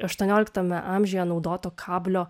aštuonioliktame amžiuje naudoto kablio